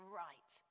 right